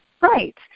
Right